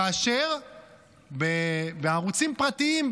כאשר בערוצים פרטיים,